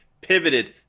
pivoted